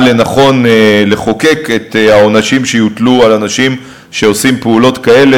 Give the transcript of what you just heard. לנכון לחוקק את העונשים שיוטלו על אנשים שעושים פעולות כאלה,